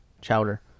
Chowder